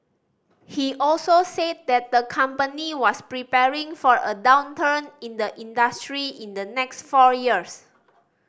he also said that the company was preparing for a downturn in the industry in the next four years